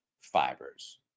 fibers